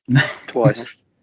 Twice